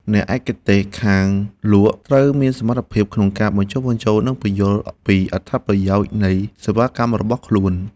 អ្នកឯកទេសខាងការលក់ត្រូវមានសមត្ថភាពក្នុងការបញ្ចុះបញ្ចូល និងពន្យល់ពីអត្ថប្រយោជន៍នៃសេវាកម្មរបស់ខ្លួន។